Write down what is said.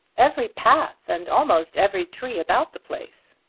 every path and almost every tree about the place.